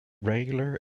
regular